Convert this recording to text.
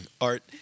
art